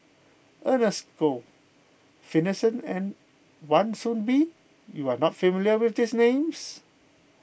Ernest Goh Finlayson and Wan Soon Bee you are not familiar with these names